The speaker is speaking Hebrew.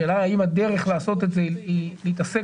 השאלה האם הדרך לעשות את זה היא להתעסק